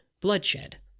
bloodshed